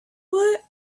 woot